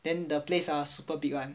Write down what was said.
then the place ah super big one